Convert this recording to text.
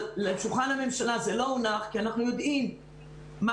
על שולחן הממשלה זה לא הונח כי אנחנו יודעים מה